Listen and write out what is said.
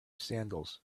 sandals